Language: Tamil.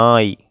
நாய்